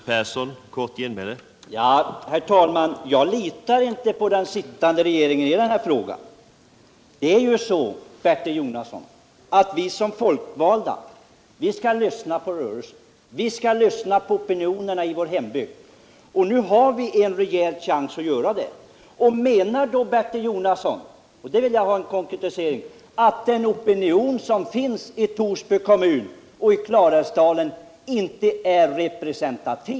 Herr talman! Jag litar inte på den sittande regeringen i den här frågan. Det är ju så, Bertil Jonasson, att vi som folkvalda skall lyssna på rörelser, på opinionerna i vår hembygd, och nu har vi en rejäl chans att göra det. Menar då Bertil Jonasson — och nu vill jag ha en konkretisering — att den opinion som finns i Torsby kommun och Klarälvsdalen inte är representativ?